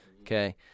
Okay